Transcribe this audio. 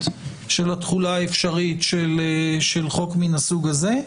של התחולה האפשרית של חוק מן הסוג הזה.